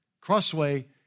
Crossway